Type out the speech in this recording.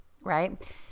Right